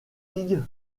soldats